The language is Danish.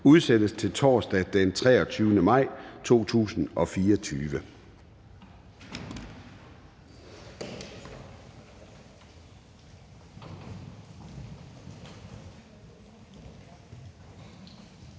udsættes til torsdag den 23. maj 2024.